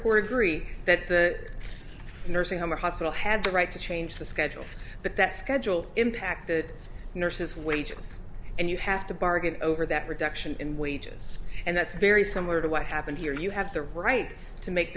agree that the nursing home or hospital had the right to change the schedule but that schedule impacted nurses wages and you have to bargain over that reduction in wages and that's very similar to what happened here you have the right to make